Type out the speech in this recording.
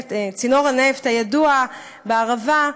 צינור הנפט הידוע בערבה,